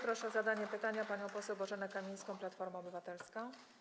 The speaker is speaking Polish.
Proszę o zadanie pytania panią poseł Bożenę Kamińską, Platforma Obywatelska.